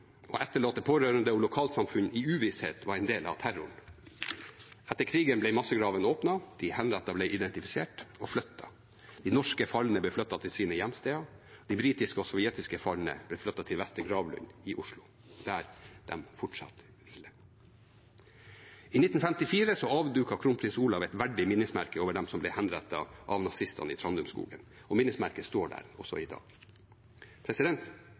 Å etterlate pårørende og lokalsamfunn i uvisshet var en del av terroren. Etter krigen ble massegravene åpnet, og de henrettede ble identifisert og flyttet. De norske falne ble flyttet til sine hjemsteder. De britiske og sovjetiske falne ble flyttet til Vestre gravlund i Oslo, der de fortsatt hviler. I 1954 avduket kronprins Olav et verdig minnesmerke over dem som ble henrettet av nazistene i Trandumskogen, og minnesmerket står der også i dag.